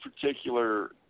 particular